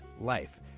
life